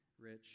rich